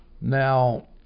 Now